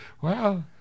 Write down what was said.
wow